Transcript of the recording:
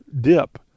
dip